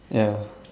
ya